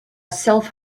self